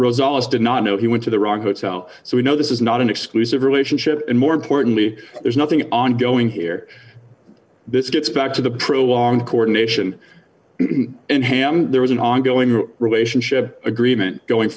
always did not know he went to the wrong hotel so we know this is not an exclusive relationship and more importantly there's nothing ongoing here this gets back to the true long coordination and ham there was an ongoing relationship agreement going